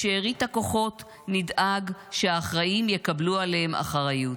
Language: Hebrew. בשארית הכוחות נדאג שהאחראים יקבלו עליהם אחריות.